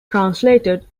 translated